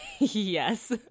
Yes